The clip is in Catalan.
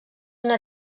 una